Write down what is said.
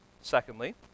Secondly